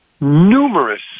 numerous